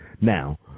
Now